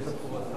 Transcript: התשע"ב 2012,